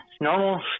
normal